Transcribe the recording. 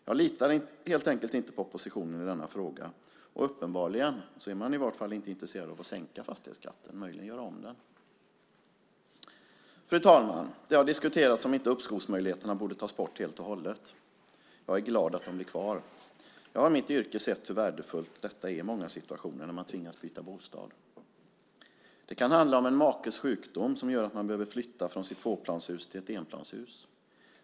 Jag litar helt enkelt inte på oppositionen i denna fråga, och uppenbarligen är man inte intresserad av att sänka fastighetsskatten - möjligen göra om den. Fru talman! Det har diskuterats om inte uppskovsmöjligheterna borde tas bort helt och hållet. Jag är glad att de blir kvar. Jag har i mitt yrke sett hur värdefullt det är i situationer där man tvingas byta bostad. Det kan handla om en makes sjukdom som gör att man behöver flytta från sitt tvåplanshus till ett enplanshus.